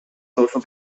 social